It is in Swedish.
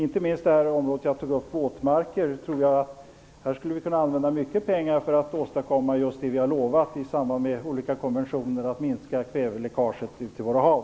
Inte minst i fråga om våtmarker skulle vi kunna använda mycket pengar för att åstadkomma just det som vi har lovat i samband med olika konventioner, att minska kväveläckaget ut till våra hav.